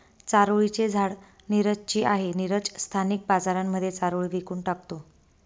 चारोळी चे झाड नीरज ची आहे, नीरज स्थानिक बाजारांमध्ये चारोळी विकून टाकतो